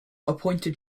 appointed